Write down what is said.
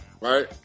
right